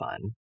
fun